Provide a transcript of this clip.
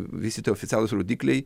visi tie oficialūs rodikliai